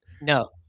No